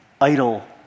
idle